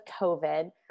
COVID